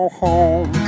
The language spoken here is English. home